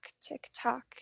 tick-tock